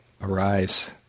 arise